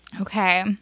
Okay